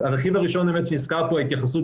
הרכיב הראשון שנזכר פה ההתייחסות